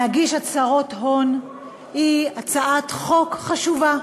להגיש הצהרות הון היא הצעת חוק חשובה.